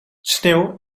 sneeuw